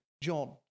John